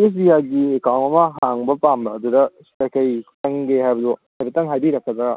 ꯑꯦꯁ B ꯑꯥꯏꯒꯤ account ꯑꯃ ꯍꯥꯡꯕ ꯄꯥꯝꯕ ꯑꯗꯨꯗ ꯀꯔꯤ ꯀꯔꯤ ꯆꯪꯒꯦ ꯍꯥꯏꯕꯗꯣ ꯍꯥꯏꯐꯦꯠꯇꯪ ꯍꯥꯏꯕꯤꯔꯛꯀꯗ꯭ꯔꯥ